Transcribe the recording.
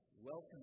welcome